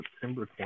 September